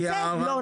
את זה לא נעשה.